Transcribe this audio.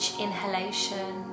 inhalation